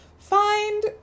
Find